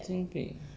神经病